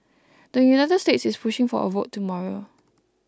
the United States is pushing for a vote tomorrow